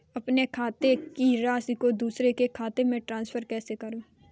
अपने खाते की राशि को दूसरे के खाते में ट्रांसफर कैसे करूँ?